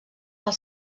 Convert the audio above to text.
pel